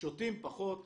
שותים פחות,